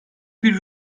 bir